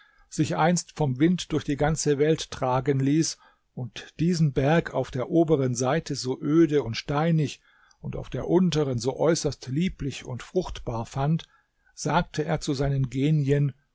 sich einst vom wind durch die ganze welt tragen ließ und diesen berg auf der oberen seite so öde und steinig und auf der unteren so äußerst lieblich und fruchtbar fand sagte er zu seinen genien